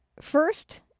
First